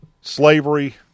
slavery